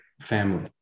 family